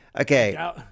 Okay